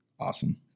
Awesome